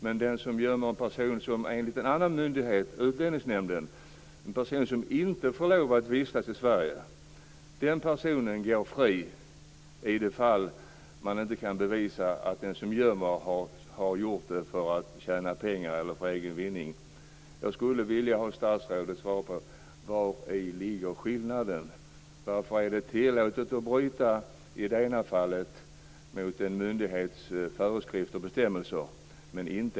Men den som gömmer en person som enligt Utlänningsnämnden, en annan myndighet, inte får lov att vistas i Sverige går fri om det inte går att bevisa att det gjorts för att tjäna pengar. Vari ligger skillnaden? Varför är det i det ena fallet, men inte i det andra, tillåtet att bryta mot en myndighets föreskrifter och bestämmelser?